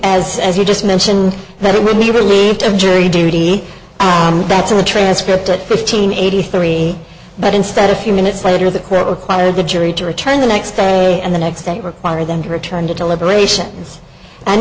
as as you just mentioned that it would be relieved of jury duty that's in the transcript at fifteen eighty three but instead a few minutes later the court required the jury to return the next day and the next that require them to return to deliberations and